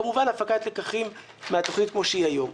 כמובן, הפקת לקחים מהתוכנית כמו שהיא היום.